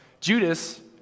Judas